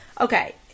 okay